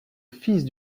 fils